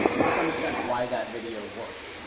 to some extent, why that video worked,